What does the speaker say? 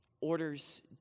orders